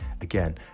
again